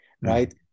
right